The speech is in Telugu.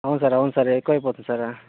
అవును సార్ అవును సార్ ఎక్కువైపోతోంది సార్